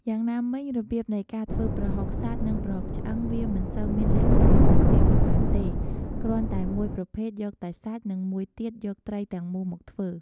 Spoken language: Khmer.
យ៉ាងណាមិញ របៀបនៃការធ្វើប្រហុកសាច់ និងប្រហុកឆ្អឺង វាមិនសូវមានលក្ខណៈខុសគ្នាប៉ុន្មានទេ គ្រាន់តែមួយប្រភេទយកតែសាច់ និងមួយទៀតយកត្រីទាំងមូលមកធ្វើ។